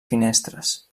finestres